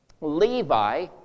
Levi